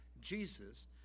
Jesus